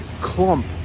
clump